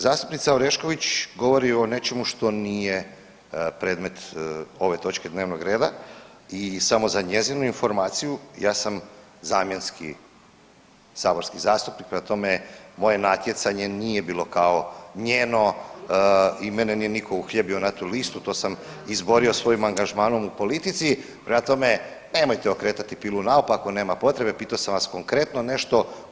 Zastupnica Orešković govori o nečemu što nije predmet ove točke dnevnog reda i samo za njezinu informaciju, ja sam zamjenski saborski zastupnik, prema tome, moje natjecanje nije bilo kao njeno i mene nije nitko uhljebio na tu listu, to sam izborio svojim angažmanom u politici, prema tome, nemojte okretati pilu naopako, nema potrebe, pitao sam vas konkretno nešto.